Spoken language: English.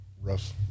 rough